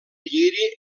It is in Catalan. lliri